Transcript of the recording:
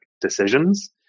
decisions